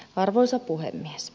arvoisa puhemies